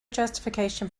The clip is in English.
justification